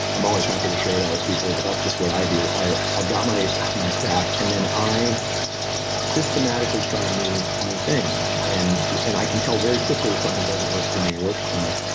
i'm always happy to share that with people, but that's just what i do i've got my my stack, and then i systematically try new new things. and and i can tell very quickly if something doesn't work for me or works for me.